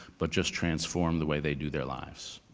but just transform the way they do their lives.